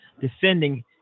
defending